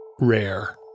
rare